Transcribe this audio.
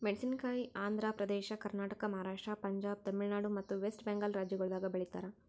ಮೇಣಸಿನಕಾಯಿ ಆಂಧ್ರ ಪ್ರದೇಶ, ಕರ್ನಾಟಕ, ಮಹಾರಾಷ್ಟ್ರ, ಪಂಜಾಬ್, ತಮಿಳುನಾಡು ಮತ್ತ ವೆಸ್ಟ್ ಬೆಂಗಾಲ್ ರಾಜ್ಯಗೊಳ್ದಾಗ್ ಬೆಳಿತಾರ್